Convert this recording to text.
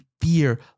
fear